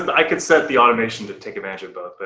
ah but i could set the automation to take advantage of both. but